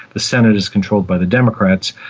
the senate is controlled by the democrats.